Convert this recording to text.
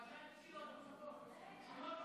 אבל שאלתי שאלות נוספות,